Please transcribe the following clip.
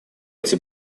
эти